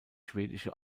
schwedische